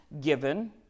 given